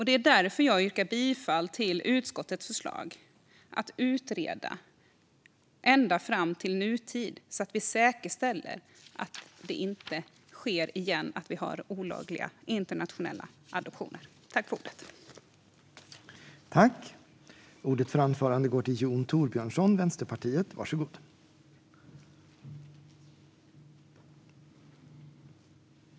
Det är därför jag yrkar bifall till utskottets förslag att utreda ända fram till nutid så att vi säkerställer att olagliga internationella adoptioner inte sker igen.